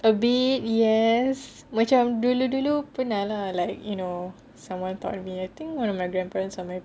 a bit yes macam dulu-dulu pernah lah like you know someone taught me I think my grandparents or